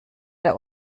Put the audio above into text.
der